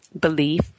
belief